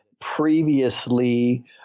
previously